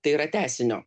tai yra tęsinio